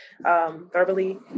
verbally